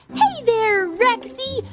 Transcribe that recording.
hey there, rexy.